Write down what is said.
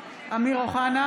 (קוראת בשמות חברי הכנסת) אמיר אוחנה,